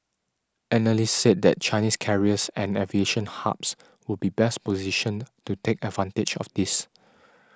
analysts said that Chinese carriers and aviation hubs would be best positioned to take advantage of this